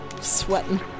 sweating